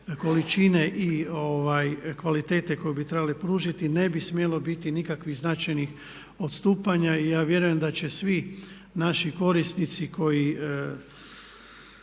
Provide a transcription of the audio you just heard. količine i kvalitete koju bi trebali pružiti, ne bi smjelo biti nikakvih značajnih odstupanja. I ja vjerujem da će svi naši korisnici koji